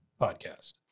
podcast